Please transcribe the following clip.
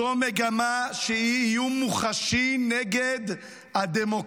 זו מגמה שהיא איום מוחשי על הדמוקרטיה.